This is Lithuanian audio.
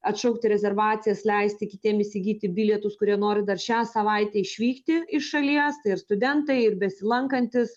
atšaukti rezervacijas leisti kitiem įsigyti bilietus kurie nori dar šią savaitę išvykti iš šalies tai ir studentai ir besilankantys